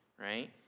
right